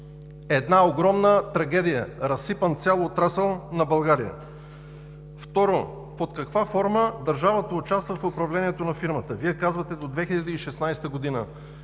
една огромна трагедия! Разсипан цял отрасъл на България! Второ, под каква форма държавата участва в управлението на фирмата? Вие казвате: до 2016 г.